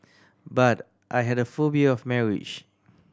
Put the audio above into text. but I had a phobia of marriage